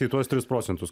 į tuos tris procentus